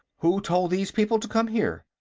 who told these people to come here?